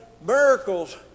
Miracles